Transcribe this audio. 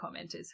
commenters